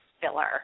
filler